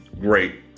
great